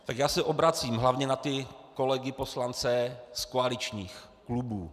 Tak já se obracím hlavně na ty kolegy poslance z koaličních klubů.